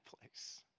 place